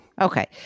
Okay